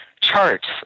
charts